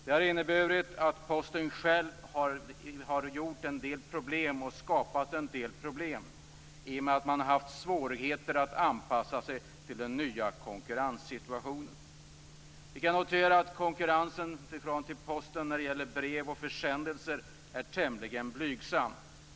Det har inneburit att Posten själv har fått en del problem och skapat en del problem i och med att man har haft svårigheter att anpassa sig till den nya konkurrenssituationen. Vi kan notera att Postens konkurrens när det gäller brev och försändelser är tämligen blygsam.